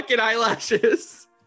eyelashes